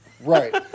Right